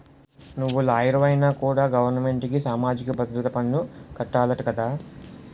నువ్వు లాయరువైనా కూడా గవరమెంటుకి సామాజిక భద్రత పన్ను కట్టాలట కదా